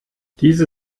diese